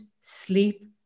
sleep